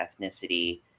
ethnicity